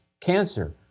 cancer